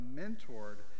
mentored